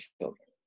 children